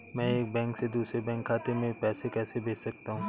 मैं एक बैंक से दूसरे बैंक खाते में पैसे कैसे भेज सकता हूँ?